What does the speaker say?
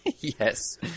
Yes